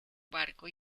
barco